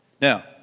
now